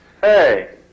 Hey